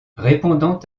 répondant